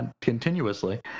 continuously